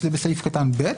שזה בסעיף קטן (ב),